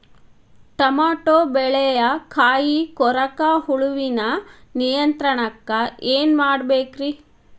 Tomato ಬೆಳೆಯ ಕಾಯಿ ಕೊರಕ ಹುಳುವಿನ ನಿಯಂತ್ರಣಕ್ಕ ಏನ್ ಮಾಡಬೇಕ್ರಿ?